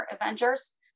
Avengers